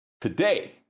Today